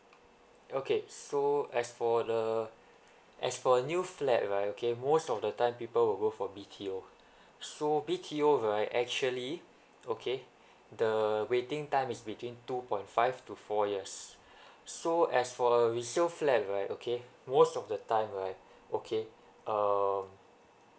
okay so as for the as for new flat right okay most of the time people will go for B_T_O so B_T_O right actually okay the waiting time is between two point five to four years so as for a resale flat right okay most of the time right okay um